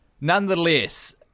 Nonetheless